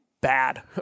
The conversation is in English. bad